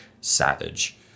savage